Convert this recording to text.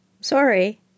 Sorry